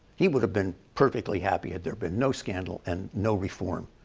he would have been perfectly happy had there been no scandal and no reform.